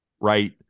Right